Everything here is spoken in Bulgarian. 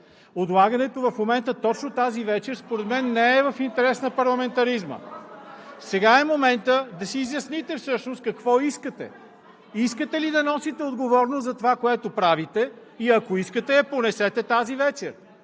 Отлагането в момента, точно тази вечер, според мен не е в интерес на парламентаризма. (Силен шум и реплики от ГЕРБ и ОП.) Сега е моментът да си изясните всъщност какво искате. Искате ли да носите отговорност за това, което правите, и ако искате, я понесете тази вечер.